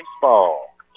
Baseball